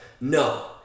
No